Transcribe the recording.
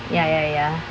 ya ya ya